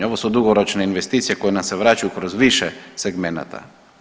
Ovo su dugoročne investicije koje nam se vraćaju kroz više segmenata.